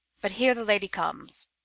but here the lady comes.